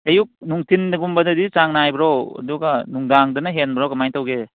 ꯑꯌꯨꯛ ꯅꯨꯡꯊꯤꯟꯒꯨꯝꯕꯗꯗꯤ ꯆꯥꯡ ꯅꯥꯏꯕ꯭ꯔꯣ ꯑꯗꯨꯒ ꯅꯨꯡꯗꯥꯡꯗꯅ ꯍꯦꯟꯕ꯭ꯔꯣ ꯀꯃꯥꯏꯅ ꯇꯧꯒꯦ